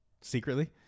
secretly